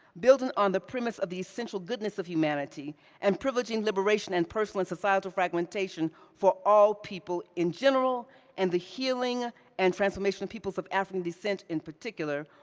building on the premise of the central goodness of humanity and privileging liberation and personal and societal fragmentation for all people in general and the healing and transformation of people from african descent in particular,